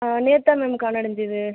நேற்று தான் மேம் காண அடைஞ்சிது